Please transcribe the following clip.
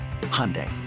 Hyundai